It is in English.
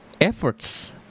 efforts